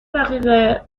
دقیقه